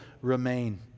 remain